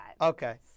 Okay